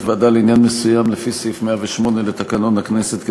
ועדה לעניין מסוים לפי סעיף 108 לתקנון הכנסת,